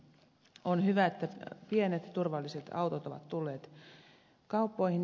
on hyvä että pienet turvalliset autot ovat tulleet kauppoihin